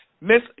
Miss